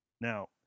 Now